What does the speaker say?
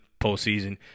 postseason